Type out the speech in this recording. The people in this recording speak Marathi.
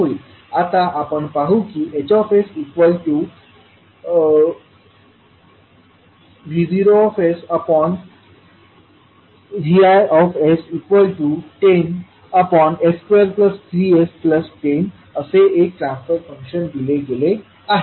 आता आपण पाहू की HsV0Vi10s2 3s 10 असे एक ट्रान्सफर फंक्शन दिले गेले आहे